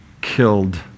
killed